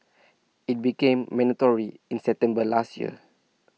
IT became mandatory in September last year